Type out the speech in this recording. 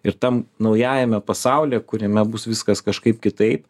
ir tam naujajame pasaulyje kuriame bus viskas kažkaip kitaip